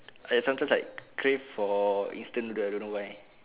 I sometimes like crave for instant noodle I don't know why